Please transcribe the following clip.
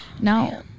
No